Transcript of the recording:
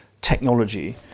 technology